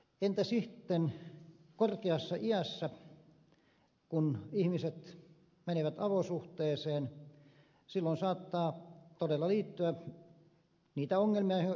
entä sitten kun ihmiset menevät korkeassa iässä avosuhteeseen silloin siihen saattaa todella liittyä niitä ongelmia joihin ed